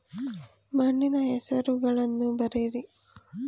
ಮಣ್ಣಿನ ಹೆಸರುಗಳನ್ನು ಬರೆಯಿರಿ